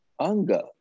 Anga